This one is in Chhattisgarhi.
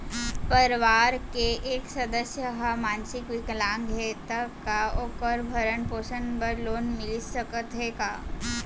परवार के एक सदस्य हा मानसिक विकलांग हे त का वोकर भरण पोषण बर लोन मिलिस सकथे का?